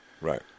Right